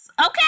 okay